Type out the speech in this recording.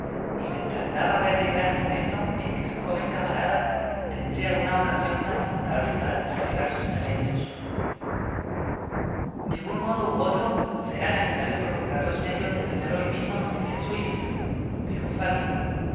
y le tardaba ver llegar el momento en que su joven camarada tendria una ocasion tan favorable para desplegar sus talentos de un modo ú otro será necesario procurar lo medios de tener hoy mismo noticias suyas dijo fagin